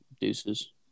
Deuces